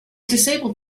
disabled